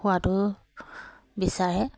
হোৱাটো বিচাৰে